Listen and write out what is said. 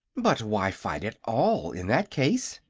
but why fight at all, in that case?